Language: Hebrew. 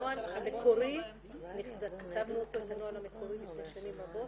הנוהל המקורי נכתב לפני שנים רבות.